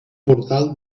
portal